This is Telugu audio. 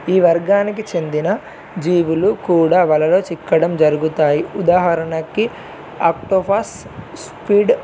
ఈ వర్గానికి చెందిన జీవులు కూడా వలలో చిక్కడం జరుగుతాయి ఉదాహరణకి ఆక్టోఫాస్ స్పీడ్